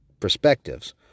Perspectives